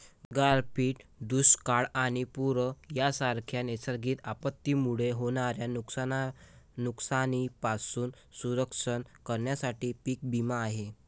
गारपीट, दुष्काळ आणि पूर यांसारख्या नैसर्गिक आपत्तींमुळे होणाऱ्या नुकसानीपासून संरक्षण करण्यासाठी पीक विमा आहे